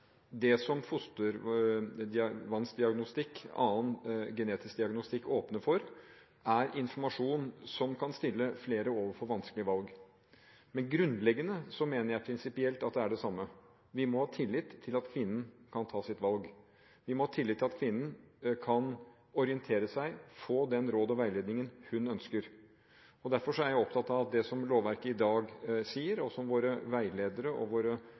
det som fostervannsdiagnostikk og annen genetisk diagnostikk åpner for, er informasjon som kan stille flere overfor vanskelige valg, men grunnleggende sett mener jeg at det prinsipielt er det samme. Vi må ha tillit til at kvinnen kan ta sitt valg, vi må ha tillit til at kvinnen kan orientere seg og få de råd og den veiledning hun ønsker. Derfor er jeg opptatt av at det som lovverket i dag sier, og som våre veiledere og